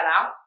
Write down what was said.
out